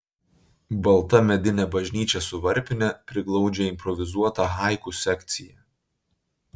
balta medinė bažnyčia su varpine priglaudžia improvizuotą haiku sekciją